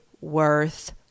worth